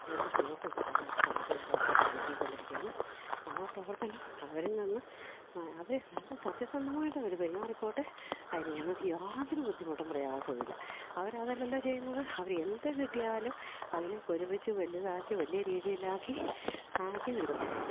ഒരു ന്യൂസ് കിട്ടാനായിട്ട് മാധ്യമപ്രർത്തകർ നോക്കിക്കൊണ്ടിരിക്കുകയാണ് ആ പ്രവർത്തനം അവരിൽ നിന്നും അവർ നല്ല സത്യസന്ധമായിട്ട് ഒരു പെരുമാറി പോട്ടെ അതിന് ഞങ്ങൾക്ക് യാതൊരു ബുദ്ധിമുട്ടും പ്രയാസവുമില്ല അവർ അതല്ലല്ലോ ചെയ്യുന്നത് അവർ എന്തു കിട്ടിയാലും അതിനെ പൊരുപ്പിച്ചു വലുതാക്കി വലിയ രീതിയിലാക്കി ആക്കി വിടും